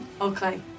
Okay